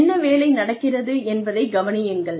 என்ன வேலை நடக்கிறது என்பதைக் கவனியுங்கள்